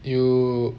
you